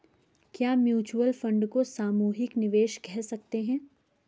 क्या mutual fund को सामूहिक निवेश कह सकते हैं?